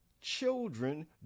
children